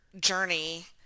journey